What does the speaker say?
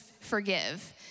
forgive